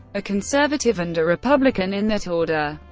a conservative and a republican, in that order.